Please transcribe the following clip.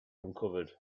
uncovered